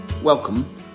Welcome